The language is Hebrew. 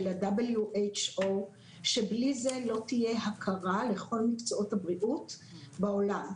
של ה-WHO שבלי זה לא תהיה הכרה לכל מקצועות הבריאות בעולם.